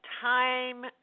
time